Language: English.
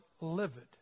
livid